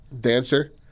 dancer